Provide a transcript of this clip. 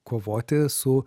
kovoti su